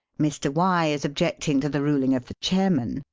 mr. y is objecting to the ruling of the chairman,